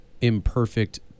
imperfect